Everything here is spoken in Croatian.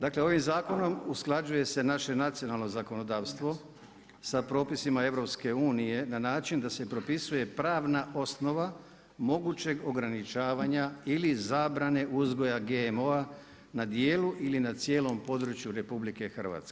Dakle, ovim zakonom, usklađuje se naše nacionalno zakonodavstvo, sa propisima EU, na način da se propisuje pravna osnova mogućeg ograničavanja ili zabrane uzgoja GMO, na dijelu ili na cijelom području RH.